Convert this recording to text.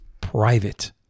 private